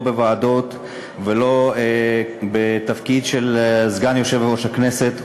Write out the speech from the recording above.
לא בוועדות ולא בתפקיד סגן יושב-ראש הכנסת.